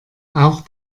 auch